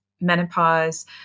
menopause